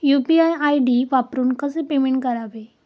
UPI ID वापरून कसे payment करावे?